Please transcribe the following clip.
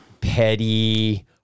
petty